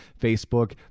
Facebook